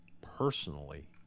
personally